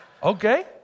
Okay